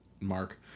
mark